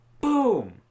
boom